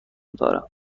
دارم